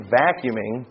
vacuuming